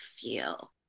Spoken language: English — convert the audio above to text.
feel